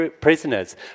prisoners